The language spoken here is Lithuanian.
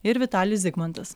ir vitalis zigmantas